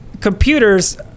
computers